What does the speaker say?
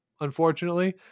unfortunately